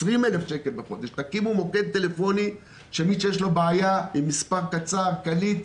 תקימו מוקד טלפוני עם מספר קצר וקליט,